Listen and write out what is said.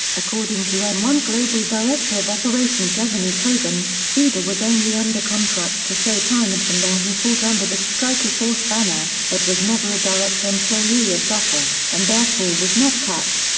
according to m one global director of operations evgeni kogan, fedor was only under contract to showtime and from there he fought under the strikeforce banner, but was never a direct employee of zuffa, and therefore was not cut.